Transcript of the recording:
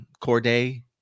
Corday